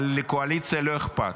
אבל לקואליציה לא אכפת.